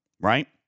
right